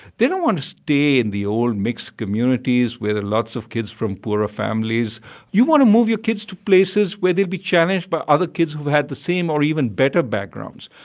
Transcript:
they don't want to stay in the old mixed communities where there are lots of kids from poorer families you want to move your kids to places where they'll be challenged by other kids who've had the same or even better backgrounds.